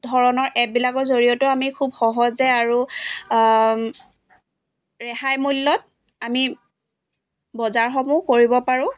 ধৰণৰ এপবিলাকৰ জৰিয়তেও আমি খুব সহজে আৰু ৰেহাই মূল্যত আমি বজাৰসমূহ কৰিব পাৰোঁ